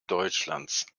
deutschlands